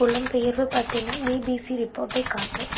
புலம்பெயர்வு பற்றின பிபிசி ரிப்போட்டை காட்டு